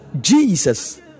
Jesus